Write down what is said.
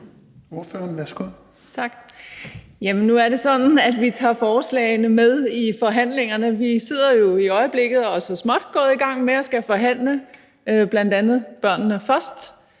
Nu er det sådan, at vi tager forslagene med i forhandlingerne. Vi sidder jo i øjeblikket og er så småt gået i gang med at skulle forhandle, bl.a. udspillet Børnene Først.